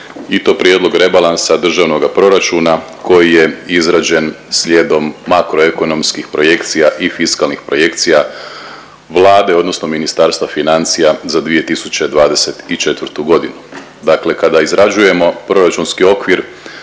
i to prijedlog rebalansa državnoga proračuna koji je izrađen slijedom makroekonomskih projekcija i fiskalnih projekcija Vlade odnosno Ministarstva financija za 2024.g.. Dakle, kada izrađujemo proračunski okvir,